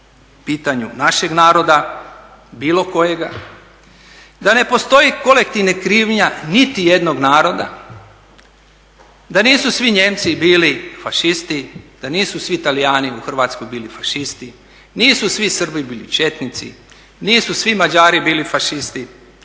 pitanju našeg naroda, bilo kojega, da ne postoji kolektivna krivnja niti jednog naroda, da nisu svi Nijemci bili fašisti, da nisu svi Talijani u Hrvatskoj bili fašisti, nisu svi Srbi bili četnici, nisu svi Mađari bili fašisti,